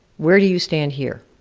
where do you stand here,